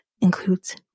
includes